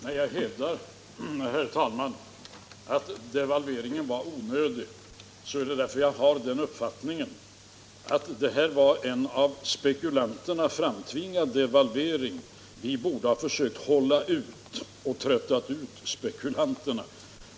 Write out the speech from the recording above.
Herr talman! När jag hävdar att devalveringen var onödig är det därför att jag har den uppfattningen att det var en av spekulanterna framtvingad devalvering. Vi borde ha försökt hålla ut och trötta ut spekulanterna.